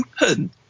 open